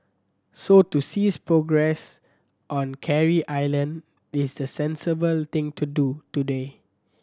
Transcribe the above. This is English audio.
so to cease progress on Carey Island is the sensible thing to do today